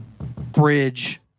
bridge